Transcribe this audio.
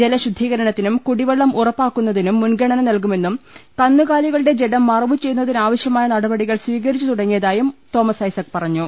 ജലശുദ്ധീകരണത്തിനും കുടിവെള്ളം ഉറപ്പാക്കുന്നതിനും മുൻഗണന നൽകുമെന്നും കന്നുകാലികളുടെ ജഡം മറവുചെയ്യുന്നതി നാവശ്യമായ നടപടികൾ സ്വീകരിച്ചു തുടങ്ങിയതായും തോമസ് ഐസക് പറഞ്ഞു